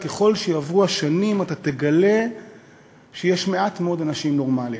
ככל שיעברו השנים אתה תגלה שיש מעט מאוד אנשים נורמליים.